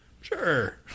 Sure